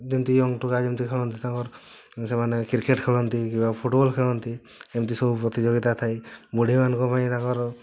ଯେମିତି ୟଙ୍ଗ ଟୋକା ଯେମିତି ଦେଖାଯାଆନ୍ତି ତାଙ୍କର ସେମାନେ କ୍ରିକେଟ୍ ଖେଳନ୍ତି କିମ୍ବା ଫୁଟବଲ୍ ଖେଳନ୍ତି ଏମିତି ସବୁ ପ୍ରତିଯୋଗିତା ଥାଇ ବୁଢ଼ୀ ମାନଙ୍କ ପାଇଁ ତାଙ୍କର